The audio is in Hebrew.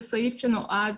זה סעיף שנועד